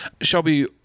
Shelby